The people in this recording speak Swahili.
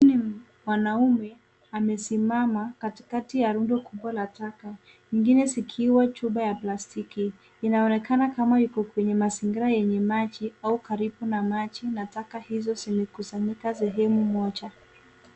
Mwanaume amesimama katikati ya rundo kubwa la taka, nyingine zikiwa chupa ya plastiki . Inaonekana kama yuko kwenye mazingira yenye maji au karibu na maji na taka hizo zimekusanyika sehemu moja.